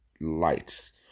lights